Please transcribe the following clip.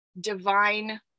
divine